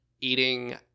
eating